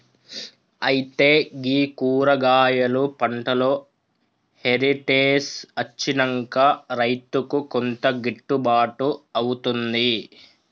అయితే గీ కూరగాయలు పంటలో హెరిటేజ్ అచ్చినంక రైతుకు కొంత గిట్టుబాటు అవుతుంది